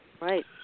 Right